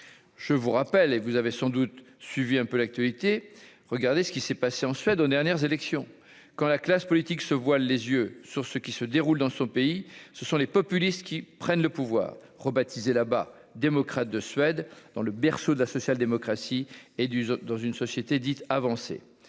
je vous rappelle et vous avez sans doute suivi un peu l'actualité regardez ce qui s'est passé en Suède, aux dernières élections, quand la classe politique se voile les yeux sur ce qui se déroule dans son pays, ce sont les populistes qui prennent le pouvoir, rebaptisé là-bas Démocrates de Suède dans le berceau de la social-démocratie et du dans une société dite avancée,